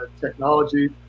technology